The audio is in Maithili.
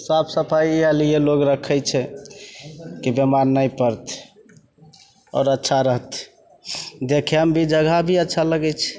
साफ सफाइ इएह लिये लोग रखय छै कि बीमार नहि पड़तइ आओर अच्छा रहतइ देखयमे भी जगहभी अच्छा लगै छै